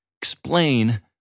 explain